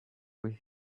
with